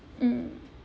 mm